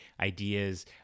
ideas